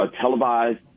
televised